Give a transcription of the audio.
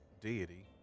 deity